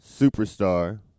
superstar